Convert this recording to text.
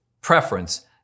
preference